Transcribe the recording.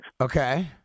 Okay